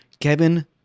Kevin